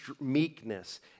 meekness